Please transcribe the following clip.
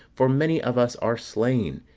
for many of us are slain.